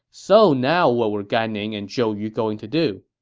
so now what were gan ning and zhou yu going to do?